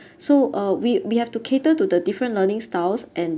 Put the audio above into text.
so uh we we have to cater to the different learning styles and